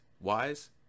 wise